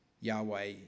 Yahweh